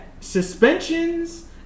suspensions